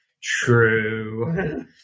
True